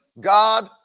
God